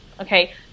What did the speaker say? okay